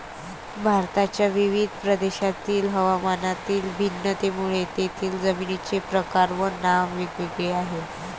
भारताच्या विविध प्रदेशांतील हवामानातील भिन्नतेमुळे तेथील जमिनींचे प्रकार व नावे वेगवेगळी आहेत